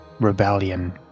rebellion